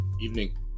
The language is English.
evening